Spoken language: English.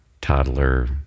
toddler